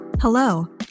Hello